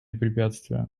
препятствия